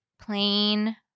plain